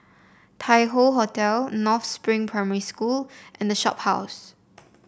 Tai Hoe Hotel North Spring Primary School and The Shophouse